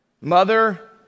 mother